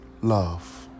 love